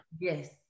Yes